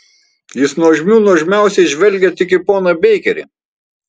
jis nuožmių nuožmiausiai žvelgia tik į poną beikerį